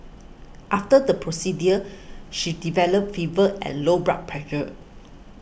after the procedure she developed fever and low blood pressure